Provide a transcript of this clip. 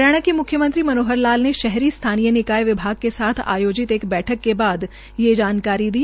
हरियाणा के म्ख्यमंत्री मनाहर लाल ने शहरी स्थानीय निकाय विभाग के साथ आयाजित एक बैठक के बाद ये जानकारी दी